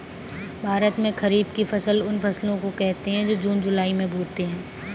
भारत में खरीफ की फसल उन फसलों को कहते है जो जून जुलाई में बोते है